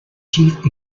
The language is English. chief